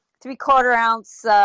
three-quarter-ounce